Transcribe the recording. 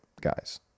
guys